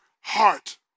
heart